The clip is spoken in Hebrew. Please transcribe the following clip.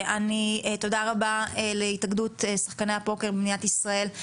תודה רבה להתאגדות שחקני הפוקר במדינת ישראל,